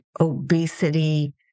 obesity